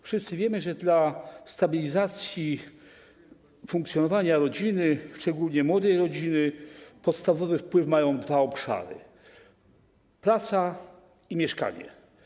Wszyscy wiemy, że dla stabilizacji funkcjonowania rodziny, szczególnie młodej rodziny, podstawowy wpływ mają dwa obszary: praca i mieszkanie.